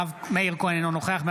אינו נוכח מאיר כהן,